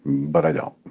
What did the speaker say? but i don't.